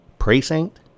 precinct